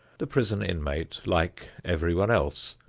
the prison inmate, like everyone else,